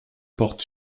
porte